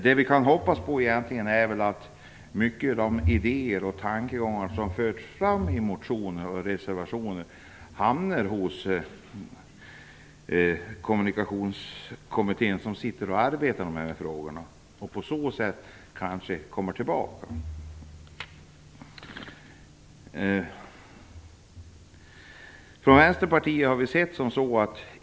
Det vi kan hoppas på är att mycket av de idéer och tankegångar som har förts fram i motioner och reservationer hamnar hos den kommitté som arbetar med de här frågorna och på så sätt så småningom kanske kommer tillbaka till riksdagen.